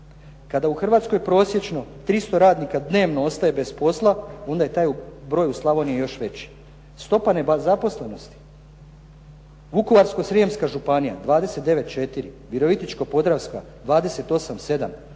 Kada u Hrvatskoj prosječno 300 radnika dnevno ostaje bez posla onda je taj broj u Slavoniji još veći. Stopa nezaposlenosti Vukovarsko-srijemska županija 29,4, Virovitičko-podravska 28,7,